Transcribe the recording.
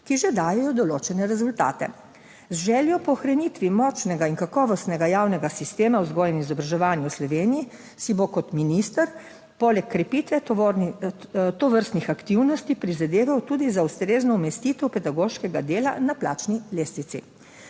ki že dajejo določene rezultate. Z željo po ohranitvi močnega in kakovostnega javnega sistema vzgoje in izobraževanja v Sloveniji si bo kot minister poleg krepitve tovrstnih aktivnosti prizadeval tudi za ustrezno umestitev pedagoškega dela na plačni lestvici.